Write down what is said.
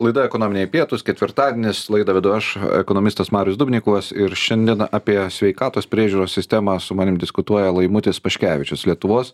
laida ekonominiai pietūs ketvirtadienis laidą vedu aš ekonomistas marius dubnikovas ir šiandien apie sveikatos priežiūros sistemą su manim diskutuoja laimutis paškevičius lietuvos